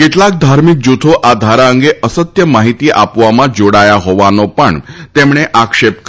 કેટલાક ધાર્મિક જૂથો આ ધારા અંગે અસત્ય માહિતી આપવામાં જોડાયા હોવાનો પણ તેમણે આક્ષેપ કર્યો હતો